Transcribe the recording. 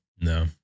No